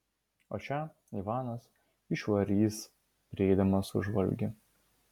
o čia ivanas išvarys prieidamas už valgį